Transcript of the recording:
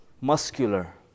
muscular